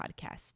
podcast